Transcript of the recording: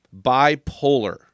bipolar